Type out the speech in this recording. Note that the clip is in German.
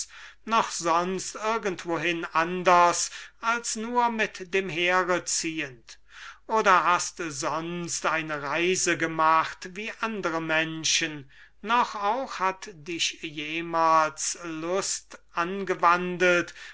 noch sonst irgend wohin anders als nur mit dem heere ziehend oder hast sonst eine reise gemacht wie andere menschen noch auch hat dich jemals lust angewandelt